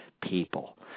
people